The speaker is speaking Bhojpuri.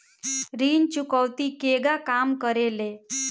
ऋण चुकौती केगा काम करेले?